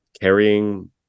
carrying